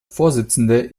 vorsitzende